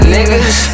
Niggas